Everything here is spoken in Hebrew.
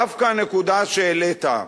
דווקא הנקודה שהעלית,